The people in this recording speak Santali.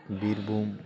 ᱵᱤᱨᱵᱷᱩᱢ